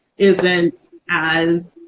isn't as